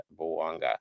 Boanga